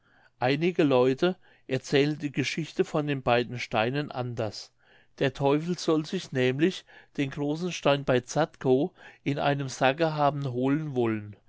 einige leute erzählen die geschichte von den beiden steinen anders der teufel soll sich nämlich den großen stein bei zadkow in einem sacke haben holen wollen